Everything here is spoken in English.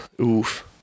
Oof